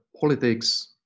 politics